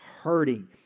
hurting